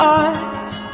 eyes